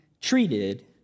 treated